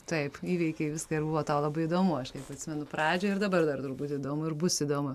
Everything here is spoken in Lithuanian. taip įveikei viską ir buvo tau labai įdomu aš atsimenu pradžią ir dabar dar turbūt įdomu ir bus įdomu